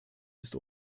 ist